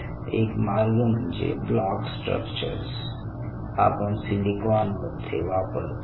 एक मार्ग म्हणजे ब्लॉक स्ट्रक्चर्स आपण सिलिकॉन मध्ये वापरतो